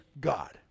God